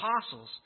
apostles